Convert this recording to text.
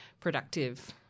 productive